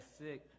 sick